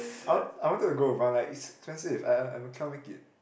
I want I wanted to go but like it's expensive I I I cannot make it